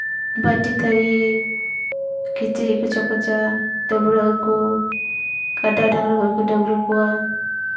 ᱵᱟᱹᱴᱤ ᱛᱷᱟᱹᱨᱤ ᱠᱤᱪᱨᱤᱡ ᱠᱚ ᱪᱚᱠᱚᱡᱟ ᱰᱟᱹᱵᱽᱨᱟᱹ ᱟᱠᱚ ᱠᱟᱰᱟ ᱰᱟᱝᱨᱟ ᱠᱚᱠᱚ ᱰᱟᱹᱵᱽᱨᱟᱹ ᱠᱚᱣᱟ